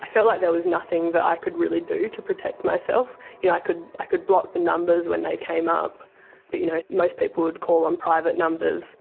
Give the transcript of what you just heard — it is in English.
i felt like there was nothing that i could really do to protect myself. yeah i could i could block the numbers when they came up but you know most people would call on private numbers